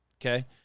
okay